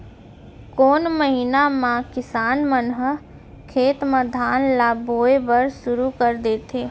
कोन महीना मा किसान मन ह खेत म धान ला बोये बर शुरू कर देथे?